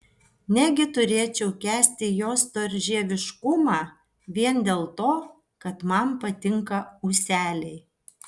negi turėčiau kęsti jo storžieviškumą vien dėl to kad man patinka ūseliai